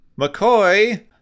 McCoy